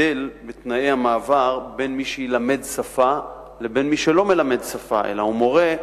הבדל בתנאי המעבר בין מי שילמד שפה לבין מי שלא מלמד שפה אלא הוא מורה.